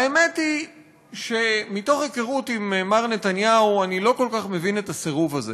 האמת היא שמתוך היכרות עם מר נתניהו אני לא כל כך מבין את הסירוב הזה,